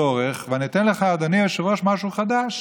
אדוני היושב-ראש, חברי הכנסת,